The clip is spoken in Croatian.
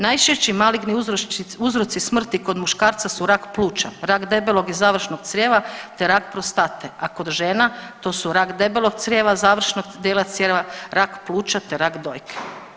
Najčešći maligni uzročnici smrti kod muškarca su rak pluća, rak debelog i završnog crijeva te rak prostate, a kod žena to su rak debelog crijeva, završnog dijela crijeva, rak pluća te rak dojke.